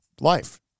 life